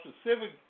specific